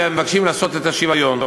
והם מבקשים לעשות את השוויון.